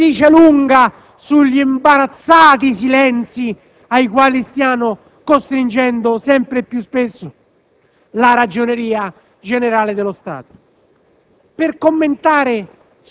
pur se dimissionario, la dice lunga sugli imbarazzati silenzi ai quali stanno costringendo sempre più spesso la Ragioneria generale dello Stato.